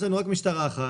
יש לנו רק משטרה אחת,